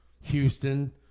Houston